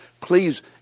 Please